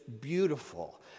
beautiful